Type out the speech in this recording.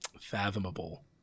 fathomable